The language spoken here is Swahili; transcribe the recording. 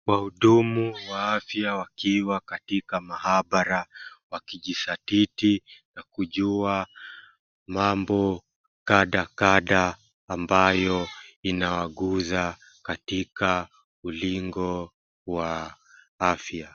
Wahudumu wa afya wakiwa katika maabara wakijizatiti na kujua mambo kadhaa kadhaa ambayo inawaguza katika ulingo wa afya.